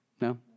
No